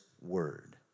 word